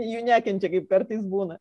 jų nekentčia kaip kartais būna